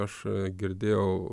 aš girdėjau